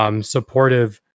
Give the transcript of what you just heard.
Supportive